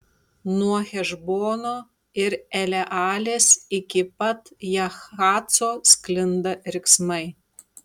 nuo hešbono ir elealės iki pat jahaco sklinda riksmai